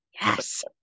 Yes